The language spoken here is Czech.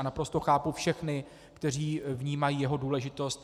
Naprosto chápu všechny, kteří vnímají jeho důležitost.